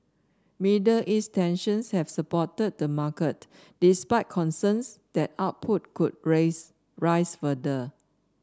Middle East tensions have supported the market despite concerns that output could rise further